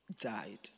died